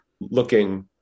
looking